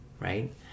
right